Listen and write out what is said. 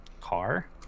car